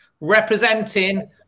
representing